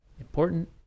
important